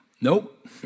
Nope